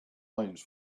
mines